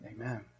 Amen